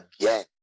again